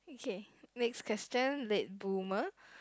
okay next question late boomer